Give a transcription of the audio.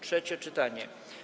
Trzecie czytanie.